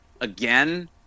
again